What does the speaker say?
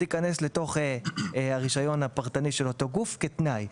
תיכנס לתוך הרישיון הפרטני של אותו גוף כתנאי.